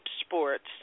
sports